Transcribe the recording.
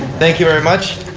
thank you very much.